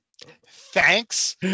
Thanks